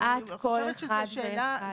אני חושבת שזו שאלה,